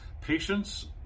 Patients